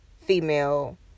female